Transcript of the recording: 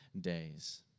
days